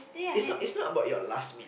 is not is not about your last meal